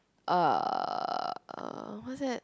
uh uh what's that